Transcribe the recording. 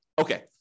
Okay